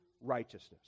righteousness